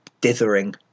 dithering